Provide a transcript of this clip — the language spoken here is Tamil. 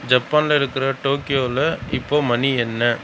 ஜப்பானில் இருக்கிற டோக்கியோவில இப்போது மணி என்ன